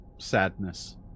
sadness